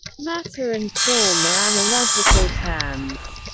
matter and form are analogical terms.